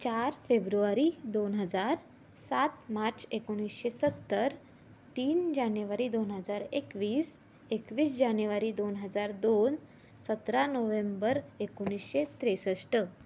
चार फेब्रुवारी दोन हजार सात मार्च एकोणीसशे सत्तर तीन जानेवारी दोन हजार एकवीस एकवीस जानेवारी दोन हजार दोन सतरा नोव्हेंबर एकोणीसशे त्रेसष्ट